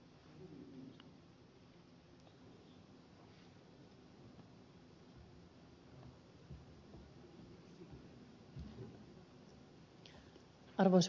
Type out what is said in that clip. arvoisa puhemies